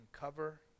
cover